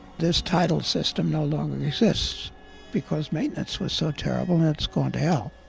this title system no longer exists because maintenance was so terrible and it's gone to hell.